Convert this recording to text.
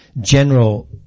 general